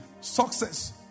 success